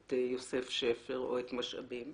את יוסף שפר או את משאבים,